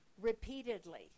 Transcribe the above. repeatedly